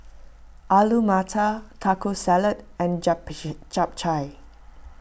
Alu Matar Taco Salad and Japchae